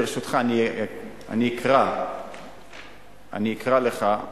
ברשותך אני אקרא לך,